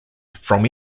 from